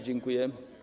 Dziękuję.